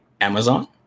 amazon